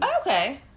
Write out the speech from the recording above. okay